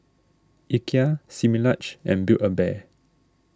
Ikea Similac and Build a Bear